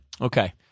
Okay